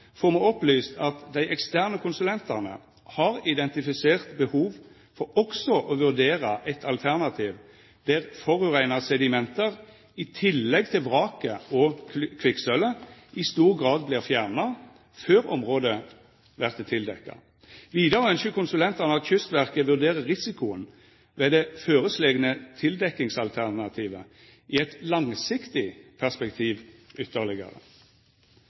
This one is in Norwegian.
får me opplyst at dei eksterne konsulentane har identifisert behov for også å vurdera eit alternativ der forureina sediment, i tillegg til vraket/kvikksølvet, i stor grad vert fjerna før området vert tildekka. Vidare ønskjer konsulentane at Kystverket vurderer risikoen ved det føreslegne tildekkingsalternativet i eit langsiktig perspektiv, ytterlegare.